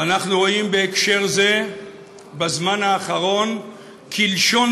ואנחנו רואים בהקשר זה בזמן האחרון קלשון